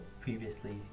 previously